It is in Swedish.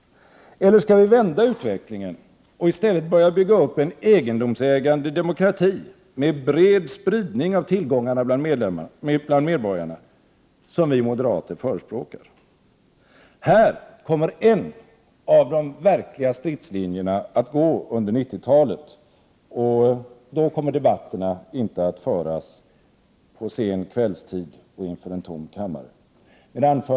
Eller skall vi vända utvecklingen och i stället börja bygga upp en egendomsägande demokrati med bred spridning av tillgångarna bland medborgarna — som vi moderater förespråkar? Här kommer en av de verkliga stridslinjerna att gå under 1990-talet. Då kommer debatterna inte att föras på sen kvällstid inför en tom kammare. Herr talman!